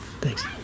Thanks